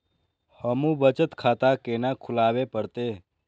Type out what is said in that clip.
हमू बचत खाता केना खुलाबे परतें?